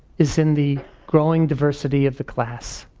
is in the growing diversity of the class.